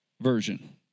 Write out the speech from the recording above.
Version